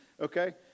Okay